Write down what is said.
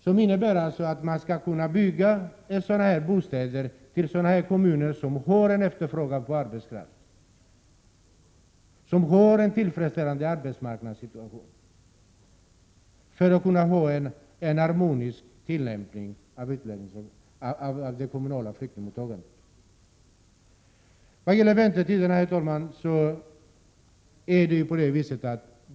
Det innebär att man skall kunna bygga denna typ av bostäder i de kommuner som har efterfrågan på arbetskraft och som har en tillfredsställande arbetsmarknadssituation. Det är nödvändigt för att man skall få en harmonisk tillämpning av det kommunala flyktingmottagandet. Herr talman!